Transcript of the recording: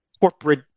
corporate